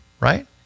right